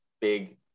big